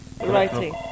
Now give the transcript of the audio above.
writing